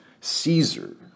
Caesar